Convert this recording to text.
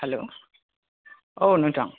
hello औ नोंथां